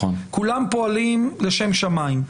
כולם פועלים לשם שמיים.